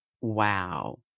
Wow